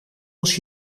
als